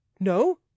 no